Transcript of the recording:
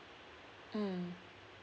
mm